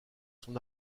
son